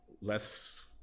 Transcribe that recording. less